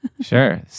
sure